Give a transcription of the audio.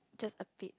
just a bit